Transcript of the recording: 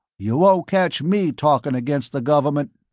you won't catch me talking against the government.